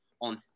on